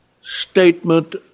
statement